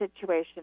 situation